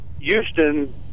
Houston